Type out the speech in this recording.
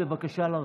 בבקשה לרדת.